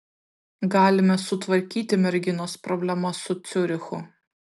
galime sutvarkyti merginos problemas su ciurichu